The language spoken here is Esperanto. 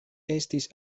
estis